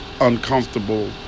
uncomfortable